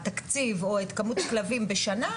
התקציב או את כמות הכלבים בשנה,